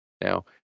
now